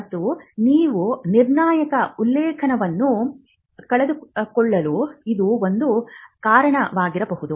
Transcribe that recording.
ಮತ್ತು ನೀವು ನಿರ್ಣಾಯಕ ಉಲ್ಲೇಖವನ್ನು ಕಳೆದುಕೊಳ್ಳಲು ಇದು ಒಂದು ಕಾರಣವಾಗಿರಬಹುದು